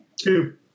Two